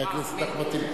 חבר הכנסת אחמד טיבי.